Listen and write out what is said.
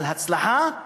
אבל הצלחה,